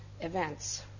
events